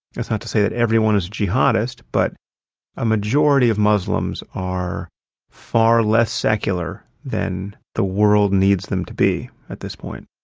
that's not to say that everyone is a jihadist, but a majority of muslims are far less secular than the world needs them to be at this point.